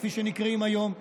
כפי שהם נקראים היום,